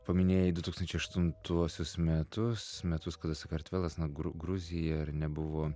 paminėjai du tūkstančiai aštuntuosius metus metus kada sakartvelas na gru gruzija ar ne buvo